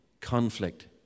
conflict